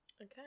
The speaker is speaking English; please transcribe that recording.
Okay